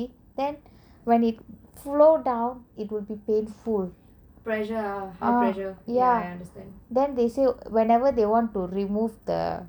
then when they flow down it will be painful ya then they say when they want to remove the